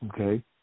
Okay